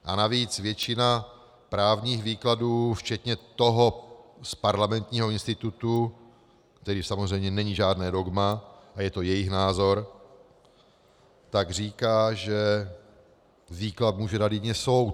A navíc většina právních výkladů včetně toho z Parlamentního institutu, který samozřejmě není žádné dogma a je to jejich názor, tak říká, že výklad může dát jedině soud.